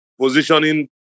Positioning